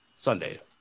Sunday